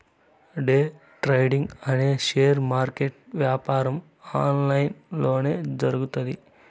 day trading అనే share market యాపారం online లొనే జరుగుతాది